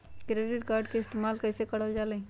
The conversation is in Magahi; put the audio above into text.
क्रेडिट कार्ड के इस्तेमाल कईसे करल जा लई?